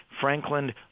Franklin